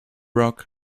rock